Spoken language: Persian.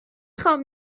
خوام